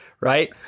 right